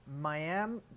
Miami